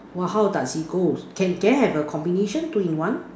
!wah! how does it goes can can I have a combination two in one